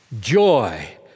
Joy